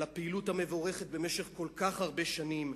על הפעילות המבורכת במשך כל כך הרבה שנים,